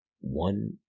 one